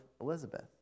Elizabeth